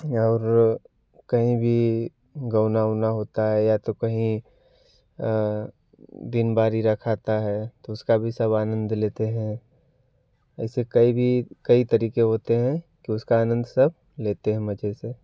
और कहीं भी गौना औना होता है या तो कहीं दिन रखाता है तो उसका भी सब आनंद लेते हैं ऐसे कई भी कई तरीक़े होते हैं कि उसका आनंद सब लेते हैं मज़े से